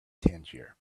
tangier